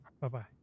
bye-bye